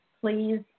please